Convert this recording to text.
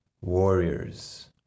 Warriors